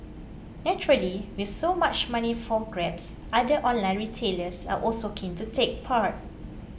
naturally with so much money for grabs other online retailers are also keen to take part